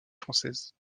françaises